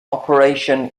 operational